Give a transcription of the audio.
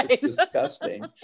disgusting